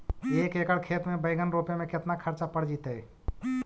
एक एकड़ खेत में बैंगन रोपे में केतना ख़र्चा पड़ जितै?